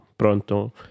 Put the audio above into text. Pronto